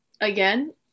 again